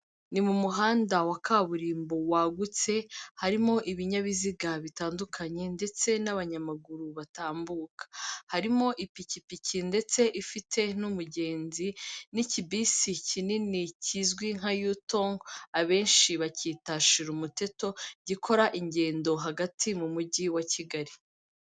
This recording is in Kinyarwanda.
Ni mu muhanda wa kaburimbo wagutse, harimo ibinyabiziga bitandukanye ndetse n'abanyamaguru batambuka, harimo ipikipiki ndetse ifite n'umugezi, n'ikibisi kinini kizwi nka yutongo abenshi bakita shira umuteto, gikora ingendo hagati mu mujyi wa Kigali.